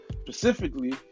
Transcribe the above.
specifically